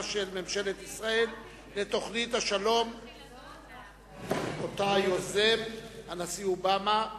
של ממשלת ישראל לתוכנית השלום שיוזם הנשיא אובמה.